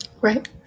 Right